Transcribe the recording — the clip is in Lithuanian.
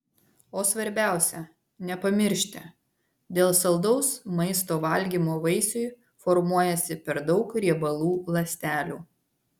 o svarbiausia nepamiršti dėl saldaus maisto valgymo vaisiui formuojasi per daug riebalų ląstelių